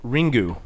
Ringu